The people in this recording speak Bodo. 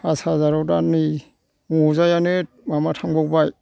पास हाजाराव दा नै मजायानो माबा थांबावबाय